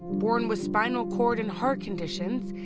born with spinal cord and heart conditions,